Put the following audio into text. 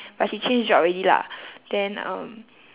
but she change job already lah then um